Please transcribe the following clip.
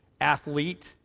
athlete